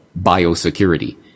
biosecurity